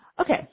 Okay